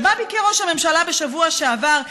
שבה ביקר ראש הממשלה בשבוע שעבר,